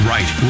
Right